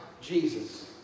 Jesus